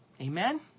Amen